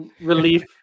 relief